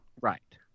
Right